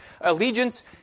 Allegiance